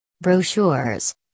Brochures